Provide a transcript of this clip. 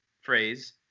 phrase